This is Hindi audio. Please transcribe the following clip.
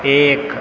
एक